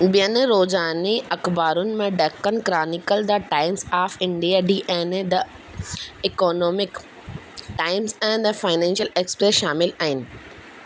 ॿियनि रोजानी अख़बारुन में Deccan Chronicle the Times of India D N A the Economic Times ऐं द फाइनेंशियल एक्सप्रेस शामिलु आहिनि